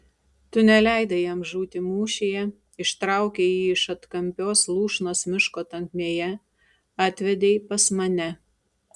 tu neleidai jam žūti mūšyje ištraukei jį iš atkampios lūšnos miško tankmėje atvedei pas mane